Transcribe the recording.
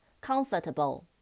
Comfortable